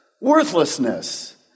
worthlessness